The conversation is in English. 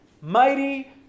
mighty